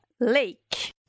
Lake